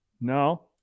No